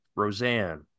Roseanne